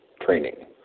training